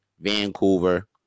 Vancouver